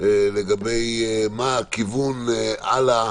לגבי מה הכיוון הלאה